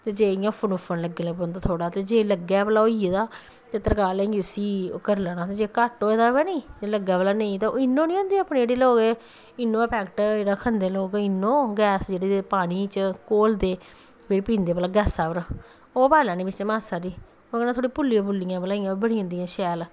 ते जे इ'यां फनूफन लग्गन लगी पौंदा थोह्ड़ा जे लग्गै भला होई गेदा ते तरकालें जे उसी करी लैना जे घट्ट होए दा होऐ निं लग्गै भला इन्न निं होंदा अपने भला लोग पैक्ट जेह्ड़ा खंदे लोग ओह् इन्नी गैस पानी च घोलदे जेह्ड़े पींदे भला गैस्सा पर ओह् पाई लैनी बिच्च मास्सा हारी ओह्दे नै पुल्लियां पुल्लियां इ'यां बनी जंदियां शैल